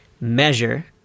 measure